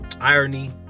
irony